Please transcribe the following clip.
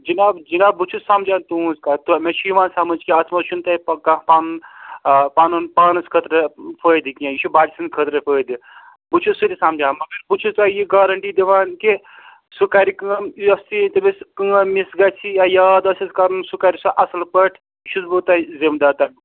جِناب جِناب بہٕ چھُس سَمجھان تُہٕنٛز کَتھ مےٚ چھُ یِوان سَمجھ کہِ اَتھ منٛز چھُ نہٕ تۄہہِ کانٛہہ پَنُن آ پَنُن پانَس خٲطرٕ فٲیدٕ کیٚنٛہہ یہِ چھُ بَچہِ سٕنٛدِ خٲطرٕے فٲیدٕ بہٕ چھُس سُہ تہِ سَمجان مگر بہٕ چھُس تۄہہِ یہِ گارَنٹی دِوان کہِ سُہ کَرِ کٲم یۄس تہِ یہِ تٔمِس کٲم مِس گژھِ یا یاد آسٮ۪س کَرُن سُہ کَرِ سُہ اَصٕل پٲٹھۍ یہِ چھُس بہٕ تۄہہِ ذِمہٕ دار تتھ